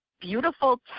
beautiful